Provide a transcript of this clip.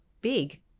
big